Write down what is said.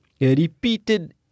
Repeated